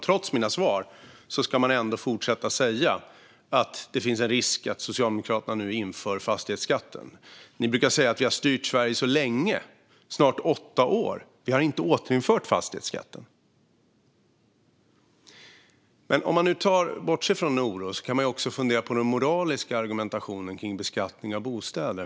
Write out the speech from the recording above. Trots mina svar ska man ändå fortsätta att säga att det finns en risk att Socialdemokraterna nu inför fastighetsskatten. Moderaterna brukar säga att vi har styrt Sverige så länge, snart åtta år, men vi har inte återinfört fastighetsskatten. Men om man bortser från den oron kan man också fundera på den moraliska argumentationen kring beskattning av bostäder.